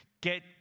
get